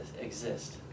exist